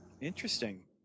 Interesting